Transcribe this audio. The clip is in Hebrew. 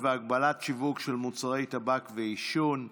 והגבלת השיווק של מוצרי טבק ועישון (תיקון,